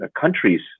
countries